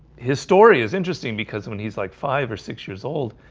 his story is interesting because when he's like five or six years old,